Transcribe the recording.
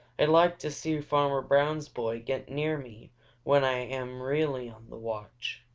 i'd like to see farmer brown's boy get near me when i am really on the watch,